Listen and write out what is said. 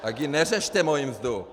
Tak ji neřešte, moji mzdu!